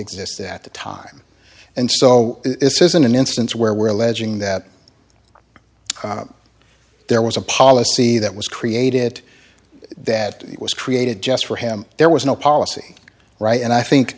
existed at the time and so this isn't an instance where we're alleging that there was a policy that was created that it was created just for him there was no policy right and i think